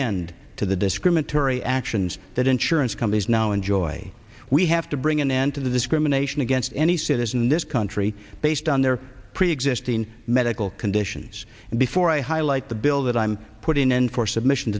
end to the discriminatory actions that insurance companies now enjoy we have to bring an end to discrimination against any citizen in this country based on their preexisting medical conditions and before i highlight the bill that i'm putting in for submission